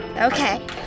Okay